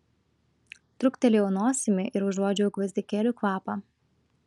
truktelėjau nosimi ir užuodžiau gvazdikėlių kvapą